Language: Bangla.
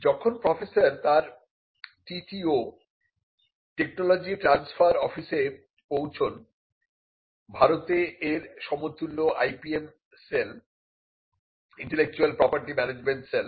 যখন প্রফেসর তার TTO টেকনোলজি ট্রানস্ফার অফিসে পৌঁছান ভারতে এর সমতুল্য IPM cell intellectual property management sell